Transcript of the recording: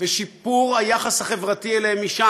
ושיפור היחס החברתי אליהם משם,